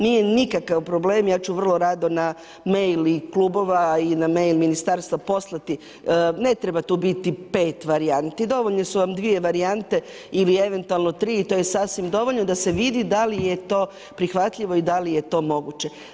Nije nikakav problem, ja ću vrlo rado na mail i klubova i na mail ministarstva poslati, ne treba tu biti 5 varijanti, dovoljne su vam dvije varijante ili eventualno tri i to je sasvim dovoljno da se vidi da li je to prihvatljivo i da li je to moguće.